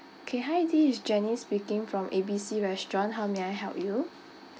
okay hi this is janice speaking from A B C restaurant how may I help you